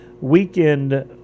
weekend